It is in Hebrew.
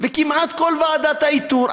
וכמעט כל ועדת האיתור,